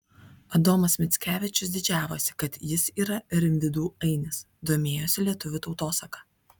adomas mickevičius didžiavosi kad jis yra rimvydų ainis domėjosi lietuvių tautosaka